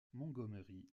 montgomery